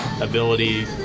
ability